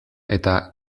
eta